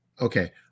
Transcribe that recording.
Okay